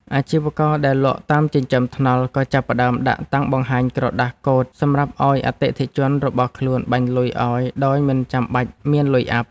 អាជីវករដែលលក់តាមចិញ្ចើមថ្នល់ក៏ចាប់ផ្តើមដាក់តាំងបង្ហាញក្រដាសកូដសម្រាប់ឱ្យអតិថិជនរបស់ខ្លួនបាញ់លុយអោយដោយមិនចាំបាច់មានលុយអាប់។